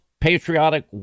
patriotic